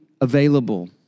available